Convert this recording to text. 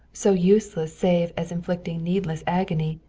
so useless save as inflicting needless agony,